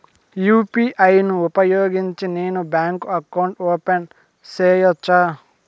UPI ను ఉపయోగించి నేను బ్యాంకు అకౌంట్ ఓపెన్ సేయొచ్చా?